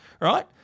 Right